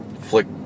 flick